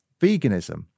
veganism